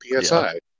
psi